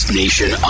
nation